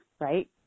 right